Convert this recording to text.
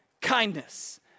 kindness